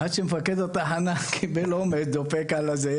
עד שמפקד התחנה קיבל אומץ ודפק על החלון.